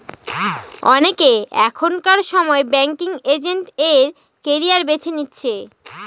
অনেকে এখনকার সময় ব্যাঙ্কিং এজেন্ট এর ক্যারিয়ার বেছে নিচ্ছে